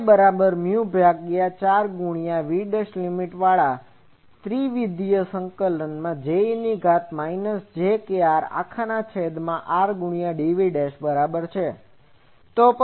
તો A 4π∭VJ e j krrdv A બરાબર mu ભાગ્યા 4 પાઈ ગુણ્યા V' લીમીટ વાળા ત્રિવિધ સંકલન માં J e ની ઘાત માં માઈનસ j kr અખાના છેદ માં r ગુણ્યા dv છે